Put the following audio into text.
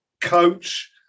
coach